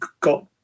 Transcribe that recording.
got